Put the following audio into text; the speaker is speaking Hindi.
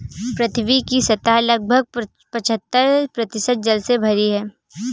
पृथ्वी की सतह लगभग पचहत्तर प्रतिशत जल से भरी है